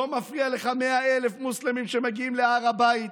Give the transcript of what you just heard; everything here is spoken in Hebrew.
לא מפריע לך ש-100,000 מוסלמים מגיעים להר הבית,